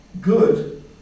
Good